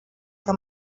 que